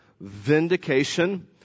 Vindication